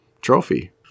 trophy